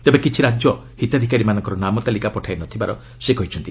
ତେବେ କିଛି ରାଜ୍ୟ ହିତାଧିକାରୀମାନଙ୍କ ନାମ ତାଲିକା ପଠାଇ ନ ଥିବାର ସେ କହିଛନ୍ତି